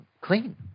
clean